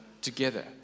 together